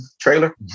trailer